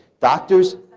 doctors.